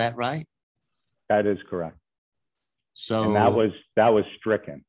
that right that is correct so now was that was stricken